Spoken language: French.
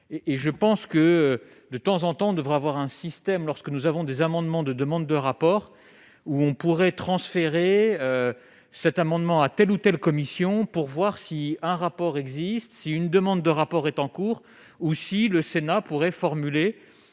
je pense que de temps en temps, devra avoir un système lorsque nous avons des amendements de demandes de rapport où on pourrait transférer cet amendement à telle ou telle commission pour voir si un rapport existe, si une demande de rapport est en cours, ou si le Sénat pourrait formuler